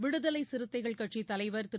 விடுதலை சிறுத்தைகள் கட்சித்தலைவர் திரு